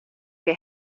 que